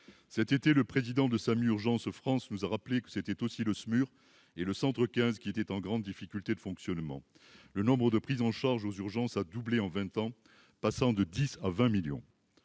cet été, le président de SAMU Urgences France nous a rappelé que c'était aussi le SMUR et le centre 15 qui était en grande difficulté de fonctionnement, le nombre de prises en charge aux urgences a doublé en 20 ans, passant de 10 à 20 millions